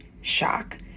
shock